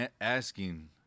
asking